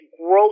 growth